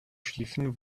schiefen